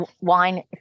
wine